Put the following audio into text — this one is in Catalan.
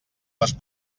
les